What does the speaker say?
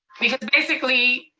because basically,